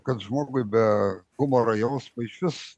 kad žmogui be humoro jausmo išvis